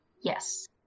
Yes